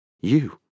You